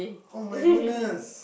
oh my goodness